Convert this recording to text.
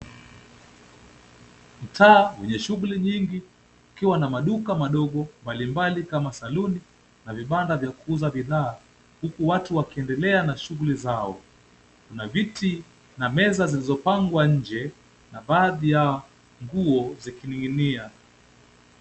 Mtaa wenye shughuli nyingi ukiwa na maduka madogo mbalimbali, kama vile saluni na vibanda vya kuuza bidhaa. Huku watu wakiendelea na shughuli zao, kuna viti na meza zilizopangwa nje na baadhi ya nguo zilizoning'inia.